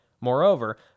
Moreover